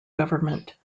government